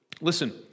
listen